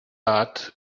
art